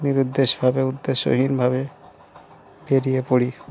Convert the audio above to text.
নিরুদ্দেশভাবে উদ্দেশ্যহীনভাবে বেরিয়ে পড়ি